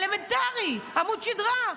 אלמנטרי, עמוד שדרה.